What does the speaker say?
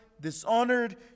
dishonored